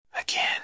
Again